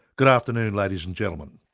good afternoon ladies and gentlemen.